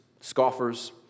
Scoffers